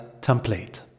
Template